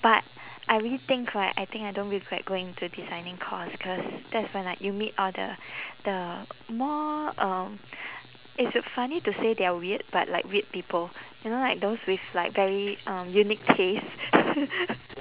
but I really think right I think I don't regret going to designing course cause that's when like you meet all the the more um it's funny to say they're weird but like weird people you know like those with like very um unique tastes